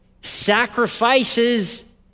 sacrifices